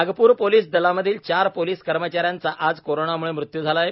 Nagpur police दलामधील चार police कर्मचा यांचा आज कोरोनामुळे मृत्यु झाला आहे